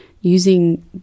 using